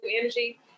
energy